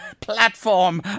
...platform